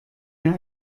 mir